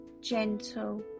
gentle